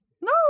No